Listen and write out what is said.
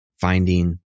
finding